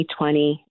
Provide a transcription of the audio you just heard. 2020